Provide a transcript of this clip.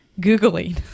Googling